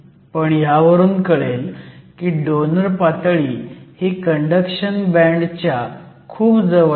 पण ह्यावरून कळेल की डोनर पातळी ही कंडक्शन बँडच्या खूप जवळ आहे